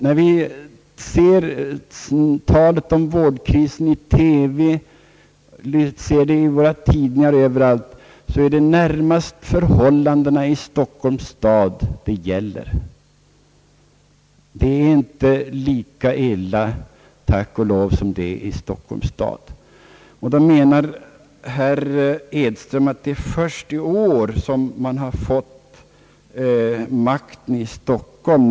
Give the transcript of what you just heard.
När den diskuteras i TV, i våra tidningar och annorstädes gäller det närmast förhållandena i Stockholms stad. Det är inte lika illa ställt på alla andra håll, tack och lov, som i Stockholm. Herr Edström menar att det är först i år som de borgerliga har fått makten i Stockholm.